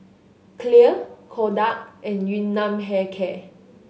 Clear Kodak and Yun Nam Hair Care